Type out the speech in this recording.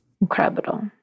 Incredible